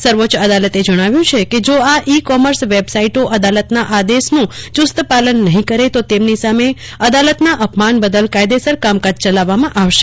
સર્વોચ્ય અદાલતે જણાવ્યું છે કે જા આ ઇ કોમર્સ વેબસાઇટો અદાલતના આદેશનું યુસ્ત પાલન નહીં કરે તો તેમની સામે અદાલતના અપમાન બદલ કાયદેસર કામકાજ ચલાવવામાં આવશે